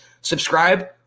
Subscribe